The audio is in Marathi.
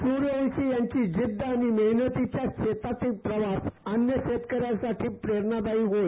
सुर्यवंशी यांची जिंद्द आणि मेहनतीचा शेतातील प्रवास अन्य शेतकऱ्यांसाठी प्रेरणादायी होय